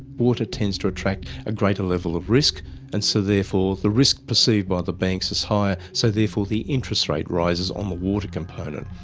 water tends to attract a greater level of risk and so therefore the risk perceived by the banks is higher, so therefore the interest rate rises on the water component.